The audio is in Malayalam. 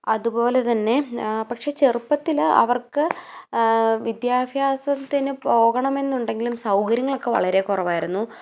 അതുപോലെ തന്നെ പക്ഷെ ചെറുപ്പത്തിൽ അവർക്ക് വിദ്യാഭ്യാസത്തിന് പോകണമെന്ന് ഉണ്ടെങ്കിലും സൗകര്യങ്ങളൊക്കെ വളരെ കുറവായിരുന്നു